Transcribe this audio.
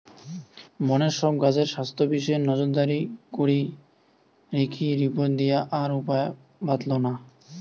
বনের সব গাছের স্বাস্থ্য বিষয়ে নজরদারি করিকি রিপোর্ট দিয়া আর উপায় বাৎলানা